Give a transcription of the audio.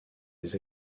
les